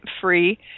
free